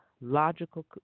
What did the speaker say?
logical